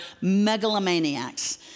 megalomaniacs